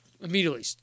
immediately